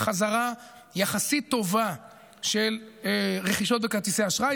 חזרה יחסית טובה של רכישות בכרטיסי אשראי.